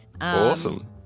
awesome